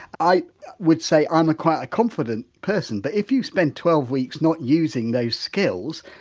i would say i'm quite a confident person, but if you spent twelve weeks not using those skills,